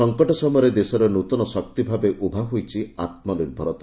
ସଂକଟ ସମୟରେ ଦେଶରେ ନୂତନ ଶକ୍ତି ଭାବେ ଉଭା ହୋଇଛି ଆମ୍ବନିର୍ଭରତା